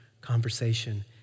conversation